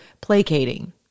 placating